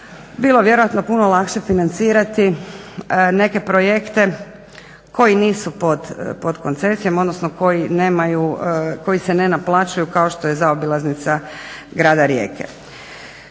bilo vjerojatno puno lakše financirati neke projekte koji nisu pod koncesijom odnosno koji se ne naplaćuju kao što je zaobilaznica grada Rijeke.